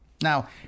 Now